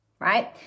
right